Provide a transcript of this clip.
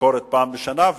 לביקורת פעם בשנה.